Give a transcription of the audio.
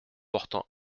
portant